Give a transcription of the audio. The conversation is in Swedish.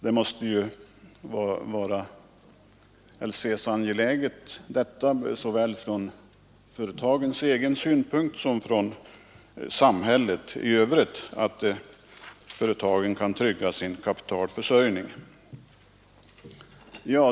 Från både samhällets och företagens synpunkt måste det ju vara angeläget att företagen kan trygga sin kapitalförsörjning.